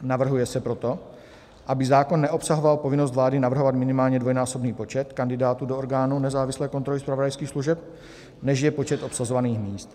Navrhuje se proto, aby zákon neobsahoval povinnost vlády navrhovat minimálně dvojnásobný počet kandidátů do orgánů nezávislé kontroly zpravodajských služeb, než je počet obsazovaných míst.